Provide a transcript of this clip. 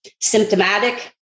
symptomatic